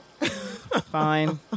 Fine